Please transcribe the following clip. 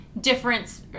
difference